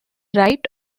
right